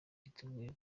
biteguye